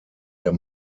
der